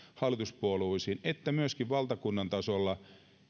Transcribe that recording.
hallituspuolueisiin että myöskin valtakunnan tasolla